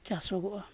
ᱪᱟᱥᱚᱜᱚᱜᱼᱟ